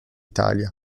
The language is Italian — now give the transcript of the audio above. italia